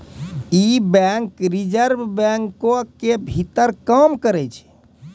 इ bank reserve बैंको के भीतर काम करै छै